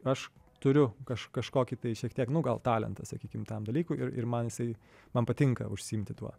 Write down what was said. aš turiu kaž kažkokį tai šiek tiek nu gal talentą sakykim tam dalykui ir ir man jisai man patinka užsiimti tuo